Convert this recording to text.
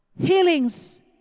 Healings